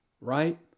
Right